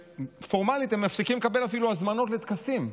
פורמלית הם מפסיקים לקבל אפילו הזמנות לטקסים,